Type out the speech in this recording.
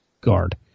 guard